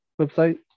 Website